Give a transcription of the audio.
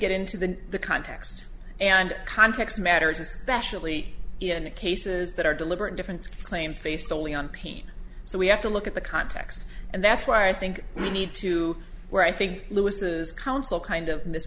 get into the the context and context matters especially in the cases that are deliberate different claims based only on pain so we have to look at the context and that's why i think we need to where i think lewis's counsel kind of mis